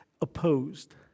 opposed